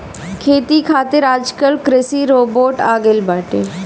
खेती खातिर आजकल कृषि रोबोट आ गइल बाटे